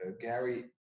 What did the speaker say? Gary